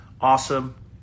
awesome